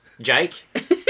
Jake